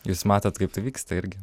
jūs matot kaip tai vyksta irgi